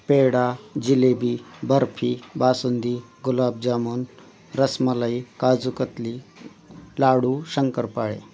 peda jalebi barfi basundi gulab jamun rasmalai kaju katli ladoo शंकरपाळे